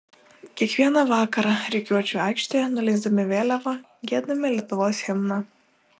kiekvieną vakarą rikiuočių aikštėje nuleisdami vėliavą giedame lietuvos himną